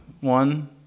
one